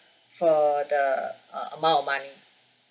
for the uh amount of money